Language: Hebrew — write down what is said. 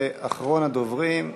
אחרון הדוברים,